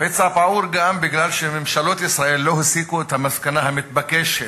הפצע פעור גם בגלל שממשלות ישראל לא הסיקו את המסקנה המתבקשת,